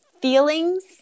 Feelings